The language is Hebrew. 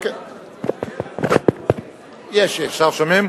עכשיו שומעים?